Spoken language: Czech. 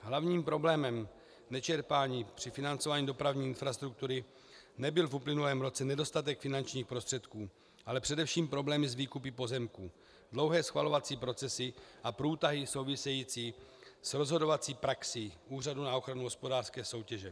Hlavním problémem nečerpání při financování dopravní infrastruktury nebyl v uplynulém roce nedostatek finančních prostředků, ale především problém s výkupy pozemků, dlouhé schvalovací procesy a průtahy související s rozhodovací praxí Úřadu na ochranu hospodářské soutěže.